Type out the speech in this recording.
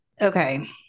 Okay